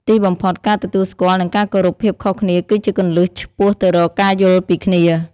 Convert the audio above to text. ទីបំផុត ការទទួលស្គាល់ និងការគោរពភាពខុសគ្នាគឺជាគន្លឹះឆ្ពោះទៅរកការយល់ពីគ្នា។